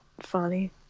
funny